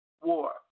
war